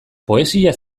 poesia